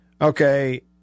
Okay